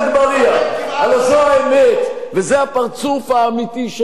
הלוא זו האמת וזה הפרצוף האמיתי שלכם לצערי.